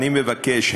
אני מבקש,